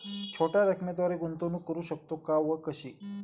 छोट्या रकमेद्वारे गुंतवणूक करू शकतो का व कशी?